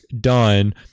done